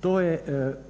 To je